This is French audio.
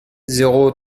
zéro